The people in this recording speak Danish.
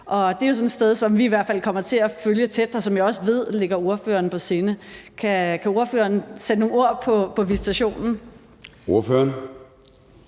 som vi i hvert fald kommer til at følge tæt, og som jeg også ved ligger ordføreren på sinde. Kan ordføreren sætte ord på visitationen? Kl.